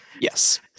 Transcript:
yes